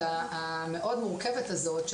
חלק מהרעיון של אשכולות,